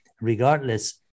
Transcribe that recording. regardless